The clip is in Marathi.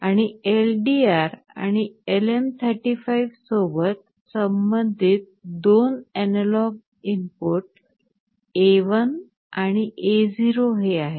आणि LDR आणि LM35 सोबत संबंधित दोन एनालॉग इनपुट A1 आणि A0 हे आहेत